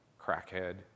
crackhead